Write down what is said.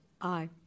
Aye